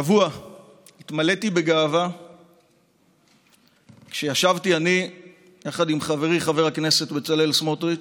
השבוע התמלאתי גאווה כשישבתי יחד עם חברי חבר הכנסת בצלאל סמוטריץ'